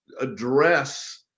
address